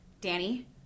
Danny